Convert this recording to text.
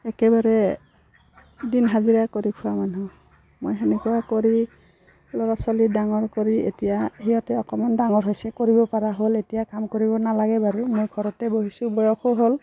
একেবাৰে দিন হাজিৰা কৰি খোৱা মানুহ মই সেনেকুৱা কৰি ল'ৰা ছোৱালী ডাঙৰ কৰি এতিয়া সিহঁতে অকণমান ডাঙৰ হৈছে কৰিব পৰা হ'ল এতিয়া কাম কৰিব নালাগে বাৰু মই ঘৰতে বহিছোঁ বয়সো হ'ল